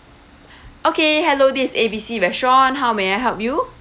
okay hello this is A B C restaurant how may I help you